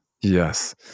Yes